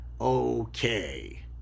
okay